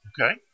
Okay